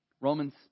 Romans